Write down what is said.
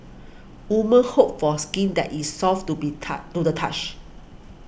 woman hope for skin that is soft to be tough to the touch